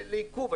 לעיכוב.